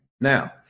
Now